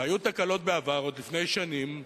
והיו תקלות בעבר, עוד לפני שנים,